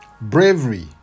bravery